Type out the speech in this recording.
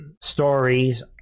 stories